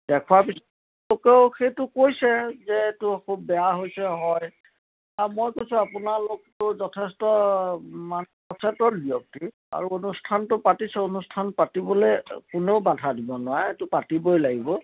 দেখুওৱা পিছতেও সেইটো কৈছে যে এইটো খুব বেয়া হৈছে হয় মই কৈছোঁ আপোনালোকটো যথেষ্ট মানে সচেতন ব্যক্তি আৰু অনুষ্ঠানটো পাতিছোঁ অনুষ্ঠানটো পাতিবলৈ কোনেও বাধা দিব নোৱাৰে এইটো পাতিবই লাগিব